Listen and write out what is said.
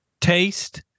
Taste